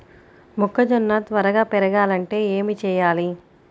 మొక్కజోన్న త్వరగా పెరగాలంటే ఏమి చెయ్యాలి?